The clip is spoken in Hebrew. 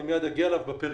אני מיד אגיע אליו בפריפריה.